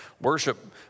worship